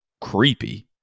creepy